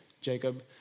Jacob